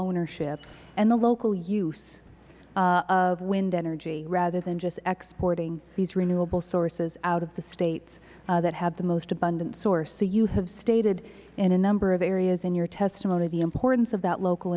ownership and the local use of wind energy rather than just exporting these renewable sources out of the states that have the most abundant source so you have stated in a number of areas in your testimony the importance of that local